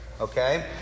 Okay